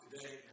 today